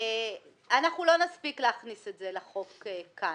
אנחנו לא נספיק להכניס את זה לחוק כאן,